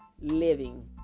living